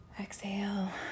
Exhale